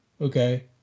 okay